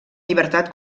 llibertat